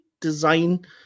design